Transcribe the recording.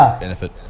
benefit